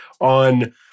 on